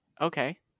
Okay